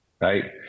Right